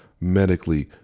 medically